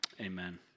Amen